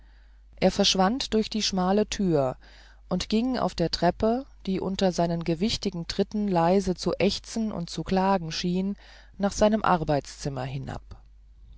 er verschwand durch die schmale thür und ging auf der treppe die unter seinen gewichtigen tritten leise zu ächzen und zu klagen schien nach seinem arbeitszimmer hinab